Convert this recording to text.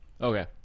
okay